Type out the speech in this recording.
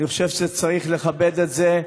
אני חושב שצריך לכבד את זה,